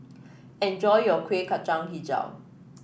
enjoy your Kueh Kacang hijau